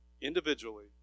individually